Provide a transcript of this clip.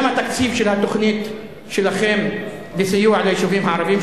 גם התקציב של התוכנית שלכם לסיוע ליישובים הערביים,